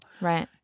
Right